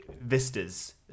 vistas